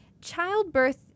Childbirth